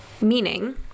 meaning